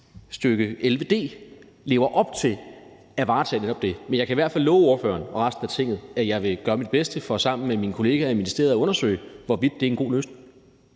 ny § 11 d lever op til at varetage netop det, men jeg kan i hvert fald love ordføreren og resten af Tinget, at jeg vil gøre mit bedste for sammen med mine kollegaer i ministeriet at undersøge, hvorvidt det er en god løsning,